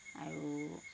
আৰু